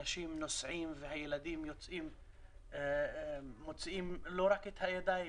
אנשים נוסעים והילדים מוציאים לא רק את ידיהם